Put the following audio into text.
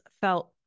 felt